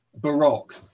baroque